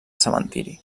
cementiri